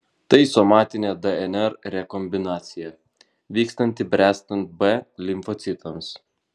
tai somatinė dnr rekombinacija vykstanti bręstant b limfocitams